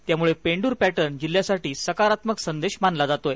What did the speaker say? त्यामुळे पेंडूर पॅटर्न जिल्ह्यासाठी सकारात्मक संदेश मानला जातोय